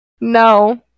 No